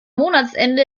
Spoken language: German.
monatsende